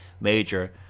major